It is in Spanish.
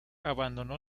abandonó